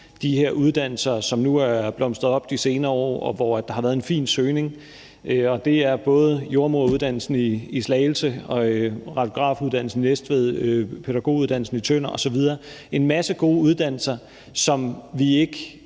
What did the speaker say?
de her uddannelser, som er blomstret op de senere år, og hvor der har været en fin søgning. Og det er både jordemoderuddannelsen i Slagelse og radiografuddannelsen i Næstved og pædagoguddannelsen i Tønder osv., altså en masse gode uddannelser, som vi ikke